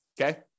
Okay